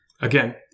Again